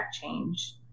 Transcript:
change